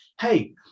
hey